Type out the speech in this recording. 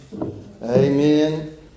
Amen